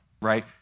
right